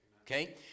okay